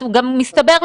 מסתבר,